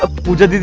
ah pooja.